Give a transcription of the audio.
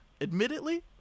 admittedly